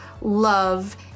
love